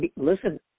Listen